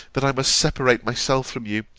that i must separate myself from you,